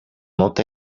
not